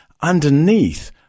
underneath